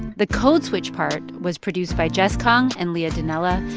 the code switch part was produced by jess kung and leah donnella.